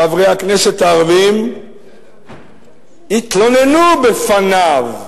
חברי הכנסת הערבים התלוננו בפניו,